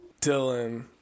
Dylan